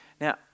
Now